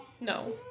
No